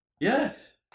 Yes